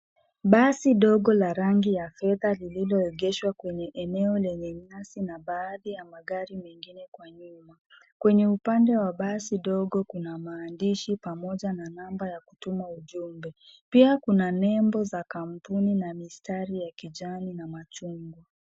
Basi dogo la rangi ya fedha lililoegeshwa kwenye eneo lenye nyasi na baadhi ya magari mengine kwa nyuma. Kwenye upande wa basi dogo kuna maandishi pamoja na namba ya kutuma ujumbe, pia kuna nembo za kampuni na mistari ya kijani na machungwa.